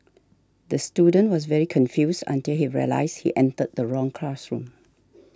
the student was very confused until he realised he entered the wrong classroom